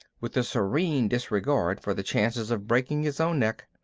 with a serene disregard for the chances of breaking his own neck.